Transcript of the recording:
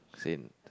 same